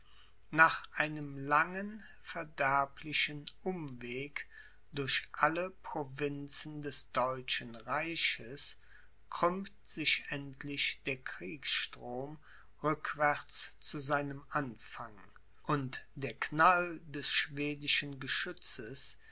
nach einem langen verderblichen umweg durch alle provinzen des deutschen reiches krümmt sich endlich der kriegsstrom rückwärts zu seinem anfang und der knall des schwedischen geschützes